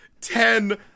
Ten